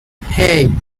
hey